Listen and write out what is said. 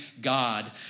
God